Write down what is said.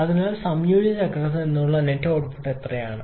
അതിനാൽ സംയോജിത ചക്രത്തിൽ നിന്നുള്ള നെറ്റ് ഔട്ട്പുട്ട് എന്താണ്